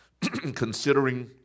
considering